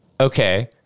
Okay